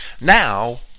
Now